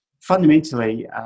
fundamentally